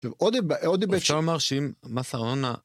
שקודם..בעוד הם..דבר עוד דבר אפשר לומר שאם מס על הון ה..